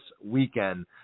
weekend